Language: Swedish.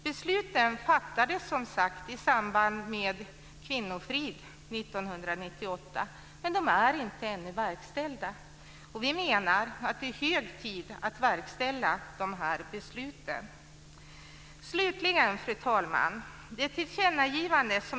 Besluten fattades som sagt i samband med beslutet om kvinnofrid 1998, men de är ännu inte verkställda. Vi menar att det är hög tid att verkställa besluten. Fru talman!